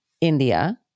India